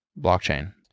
blockchain